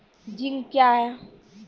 Zinc क्या हैं?